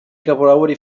capolavori